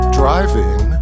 driving